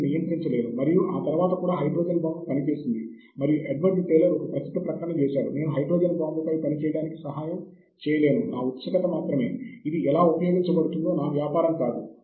నేను నిజానికి ఈ సాఫ్ట్వేర్ యొక్క ప్రదర్శన చాలా క్లుప్తంగా చేస్తాను